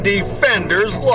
Defenders